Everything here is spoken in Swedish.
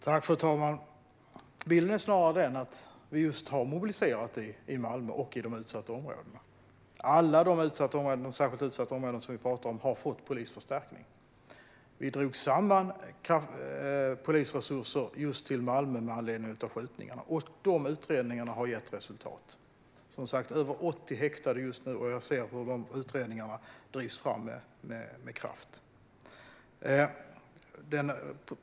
Fru talman! Bilden är snarare den att vi har mobiliserat i Malmö och i de utsatta områdena. Alla de särskilt utsatta områden vi talar om har fått polisförstärkning. Vi drog samman polisresurser just till Malmö med anledning av skjutningarna. De utredningarna har gett resultat. Det är nu över 80 häktade, och jag ser hur utredningarna drivs fram med kraft.